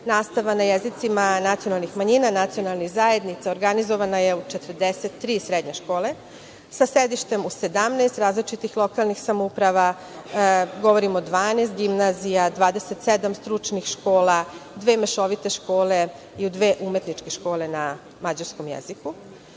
nastava na jezicima nacionalnih manjina, nacionalnih zajednica, organizovana je u 43 srednje škole, sa sedištem u 17 različitih lokalnih samouprava, govorim o 12 gimnazija, 27 stručnih škola, dve mešovite škole i dve umetničke škole na mađarskom jeziku.Zašto